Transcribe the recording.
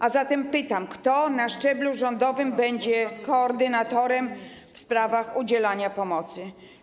A zatem pytam: Kto na szczeblu rządowym będzie koordynatorem w sprawach udzielania pomocy?